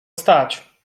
stać